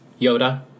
Yoda